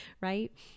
right